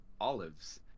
olives